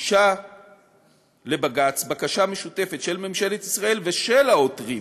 הוגשה לבג"ץ בקשה משותפת של ממשלת ישראל ושל העותרים